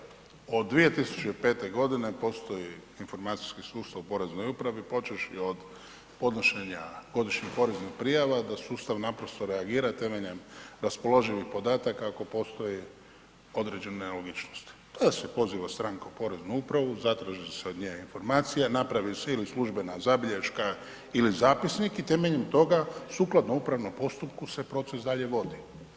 Kolega Čuraj, od 2005.g. postoji informacijski sustav u poreznoj upravi, počevši od podnošenja godišnjih poreznih prijava da sustav naprosto reagira temeljem raspoloživih podataka ako postoje određene nelogičnosti, tada se poziva stranka u poreznu upravu, zatraži se od nje informacije, napravi se ili službena zabilješka ili zapisnik i temeljem toga sukladno upravnom postupku se proces dalje vodi.